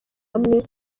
hamwe